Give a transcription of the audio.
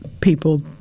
people